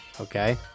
Okay